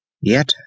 Yet